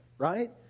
right